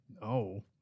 No